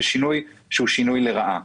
שינוי שהוא לרעה.